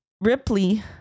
Ripley